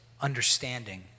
understanding